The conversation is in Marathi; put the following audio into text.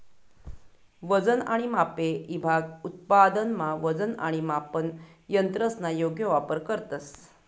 वजन आणि मापे ईभाग उत्पादनमा वजन आणि मापन यंत्रसना योग्य वापर करतंस